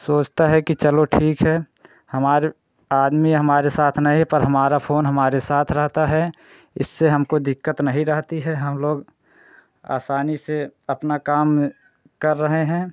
सोचता है कि चलो ठीक है हमारे आदमी हमारे साथ नहीं है पर हमारा फ़ोन हमारे साथ रहता है इससे हमको दिक्कत नहीं रहती है हम लोग आसानी से अपना काम कर रहे हैं